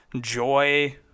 joy